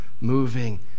moving